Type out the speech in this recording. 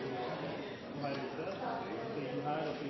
sto her og